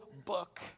book